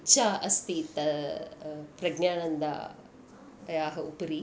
इच्छा अस्ति त प्रज्ञाणन्दायाः उपरि